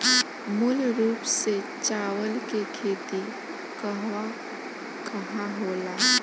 मूल रूप से चावल के खेती कहवा कहा होला?